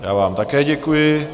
Já vám také děkuji.